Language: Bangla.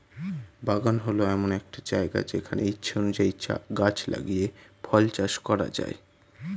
বাগান হল এমন একটা জায়গা যেখানে ইচ্ছা অনুযায়ী গাছ লাগিয়ে ফল চাষ করা যায়